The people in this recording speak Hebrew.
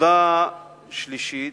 נקודה שלישית,